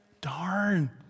Darn